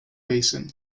basin